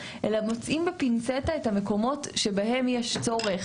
אלא מוצאים בפינצטה את המקומות שבהם יש צורך